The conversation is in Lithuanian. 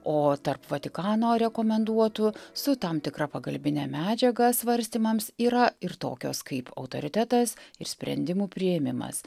o tarp vatikano rekomenduotų su tam tikra pagalbine medžiaga svarstymams yra ir tokios kaip autoritetas ir sprendimų priėmimas